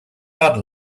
art